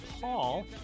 Paul